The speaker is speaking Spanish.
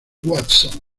watson